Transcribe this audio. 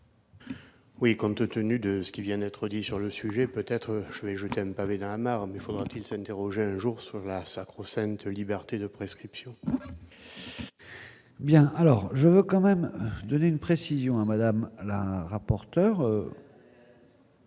Oui, compte tenu de ce qui vient d'être dit sur le sujet, peut-être, mais je Cannes pavé dans la mare, mais faudrait-il s'interroger un jour soit la sacro-sainte liberté de prescription. Bien, alors je veux quand même donner une précision à Madame. Je veux